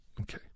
Okay